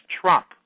trump